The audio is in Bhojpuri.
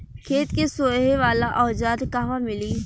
खेत सोहे वाला औज़ार कहवा मिली?